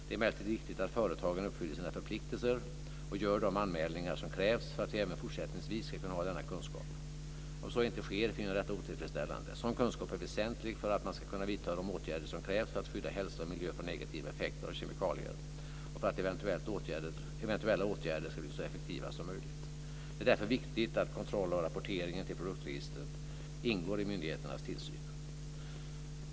Det är emellertid viktigt att företagen uppfyller sina förpliktelser och gör de anmälningar som krävs för att vi även fortsättningsvis ska kunna ha denna kunskap. Om så inte sker finner jag detta otillfredsställande. Sådan kunskap är väsentlig för att man ska kunna vidta de åtgärder som krävs för att skydda hälsa och miljö från negativa effekter av kemikalier och för att eventuella åtgärder ska bli så effektiva som möjligt. Det är därför viktigt att kontroll av rapporteringen till produktregistret ingår i myndigheternas tillsyn.